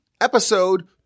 episode